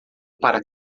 para